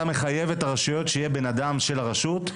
אתה מחייב את הרשויות שיהיה אדם של הרשות.